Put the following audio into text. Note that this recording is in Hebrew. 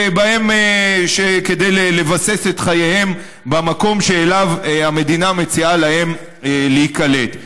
כדי לבסס את חייהם במקום שבו המדינה מציעה להם להיקלט.